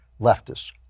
leftists